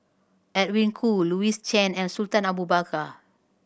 Edwin Koo Louis Chen and Sultan Abu Bakar